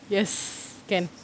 yes can